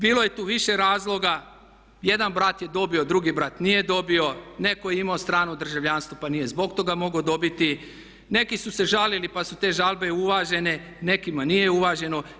Bilo je tu više razloga, jedan brat je dobio, drugi brat nije dobio, netko je imao strano državljanstvo pa nije zbog toga mogao dobiti, neki su se žalili pa su te žalbe uvažene, nekima nije uvaženo.